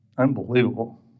unbelievable